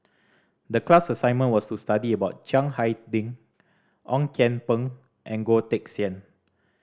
the class assignment was to study about Chiang Hai Ding Ong Kian Peng and Goh Teck Sian